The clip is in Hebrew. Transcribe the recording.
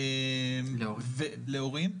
להורים,